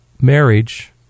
marriage